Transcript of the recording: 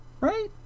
Right